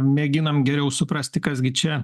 mėginam geriau suprasti kas gi čia